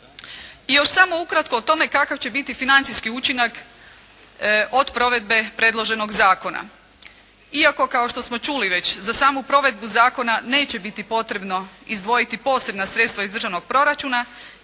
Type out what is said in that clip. I još samo ukratko o tome kakav će biti financijski učinak od provedbe predloženog zakona. Iako kao što smo čuli već za samu provedbu zakona neće biti potrebno izdvojiti posebna sredstva iz državnog proračuna